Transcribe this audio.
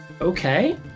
Okay